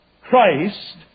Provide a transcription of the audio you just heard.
Christ